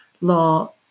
law